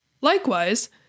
Likewise